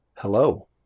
Hello